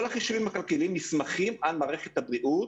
החישובים הכלכליים נסמכים על מערכת הבריאות,